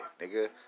nigga